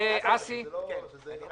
רק